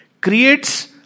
creates